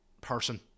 person